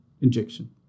injection